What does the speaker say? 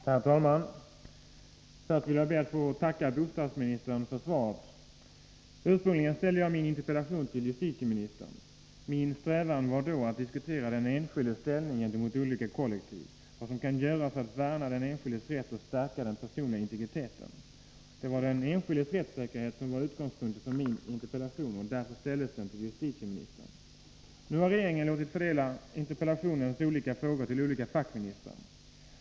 Herr talman! Först vill jag tacka bostadsministern för svaret. Ursprungligen ställde jag min interpellation till justitieministern. Min strävan var då att diskutera den enskildes ställning gentemot olika kollektiv, vad som kan göras för att värna den enskildes rätt och stärka den personliga integriteten. Det var den enskildes rättssäkerhet som var utgångspunkten för min interpellation, och därför ställdes den till justitieministern. Nu har regeringen låtit fördela interpellationens olika frågor till olika fackministrar.